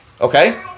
Okay